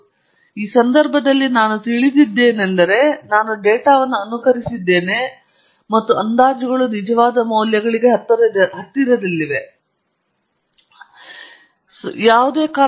ಈ ಸಂದರ್ಭದಲ್ಲಿ ನಾನು ಸತ್ಯವನ್ನು ತಿಳಿದಿದ್ದೇನೆಂದರೆ ನಾನು ಡೇಟಾವನ್ನು ಅನುಕರಿಸಿದ್ದೇನೆ ಮತ್ತು ಅಂದಾಜುಗಳು ನಿಜವಾದ ಮೌಲ್ಯಗಳಿಗೆ ಹತ್ತಿರದಲ್ಲಿವೆ ಸ್ಪಷ್ಟ ಕಾರಣಗಳಿಗಾಗಿ ಅವುಗಳನ್ನು ನಿಖರವಾಗಿ ಸಮಾನ ಎಂದು ನೀವು ಎಂದಿಗೂ ನಿರೀಕ್ಷಿಸಬಾರದು